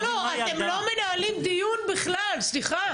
לא, לא, אתם לא מנהלים דיון בכלל, סליחה.